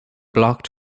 blocked